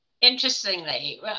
Interestingly